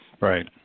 Right